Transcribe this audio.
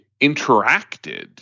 interacted